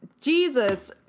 Jesus